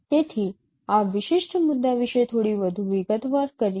તેથી આ વિશિષ્ટ મુદ્દા વિશે થોડી વધુ વિગતવાર કરીએ